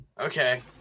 okay